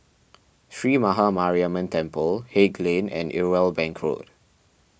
Sree Maha Mariamman Temple Haig Lane and Irwell Bank Road